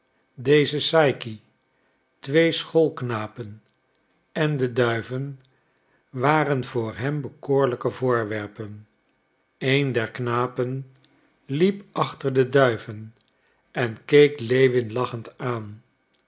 deze saïki twee schoolknapen en de duiven waren voor hem bekoorlijke voorwerpen een der knapen liep achter de duiven en keek lewin lachend aan